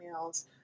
emails